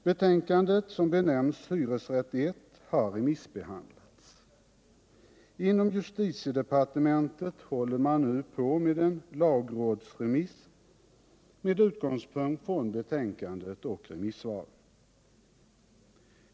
Betänkandet, som benämns Hyresrätt I, har remissbehandlats. Inom justiticdepartementet håller man nu på med en lagrådsremiss med utgångspunkt i betänkandet och remissvaren.